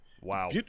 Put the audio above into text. Wow